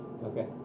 Okay